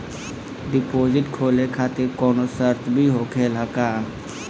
Deposit खोले खातिर कौनो शर्त भी होखेला का?